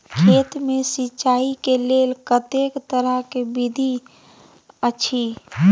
खेत मे सिंचाई के लेल कतेक तरह के विधी अछि?